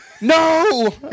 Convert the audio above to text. no